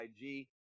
IG